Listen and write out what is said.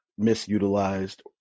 misutilized